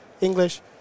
English